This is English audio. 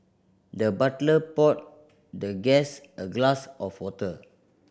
the butler poured the guest a glass of water